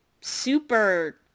super